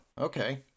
Okay